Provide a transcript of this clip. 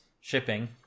shipping